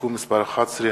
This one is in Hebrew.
(תיקון מס' 11),